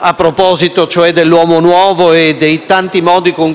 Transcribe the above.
a proposito cioè dell'uomo nuovo e dei tanti modi in cui si dovrebbe costruire questo uomo nuovo.